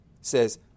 Says